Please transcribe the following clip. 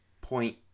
point